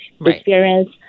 experience